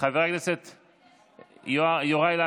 החוק החזר מקדמה בשל ביטול אירוע פרטי